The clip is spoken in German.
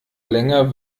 länger